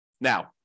Now